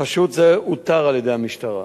חשוד זה אותר על-ידי המשטרה,